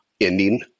ending